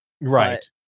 Right